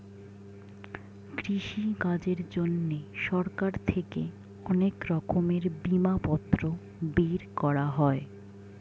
কৃষিকাজের জন্যে সরকার থেকে অনেক রকমের বিমাপত্র বের করা হয়